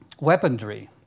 weaponry